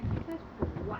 exercise for what